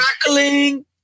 crackling